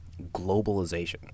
globalization